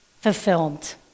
fulfilled